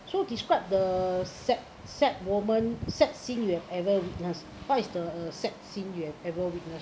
so describe the sad sad moment sad scene you have ever witnessed what is the sad scene you have ever witnessed